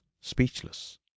speechless